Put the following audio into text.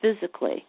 physically